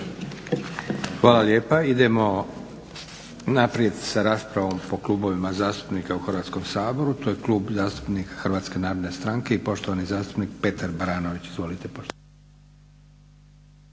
Hvala lijepa. Idemo naprijed sa raspravom po klubovima zastupnika u Hrvatskom saboru, to je Klub zastupnika HNS-a i poštovani zastupnik Petar Baranović. Izvolite poštovani